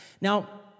Now